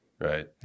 right